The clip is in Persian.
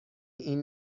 این